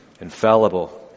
infallible